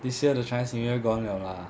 this year the chinese new year gone liao lah